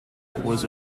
was